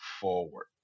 forward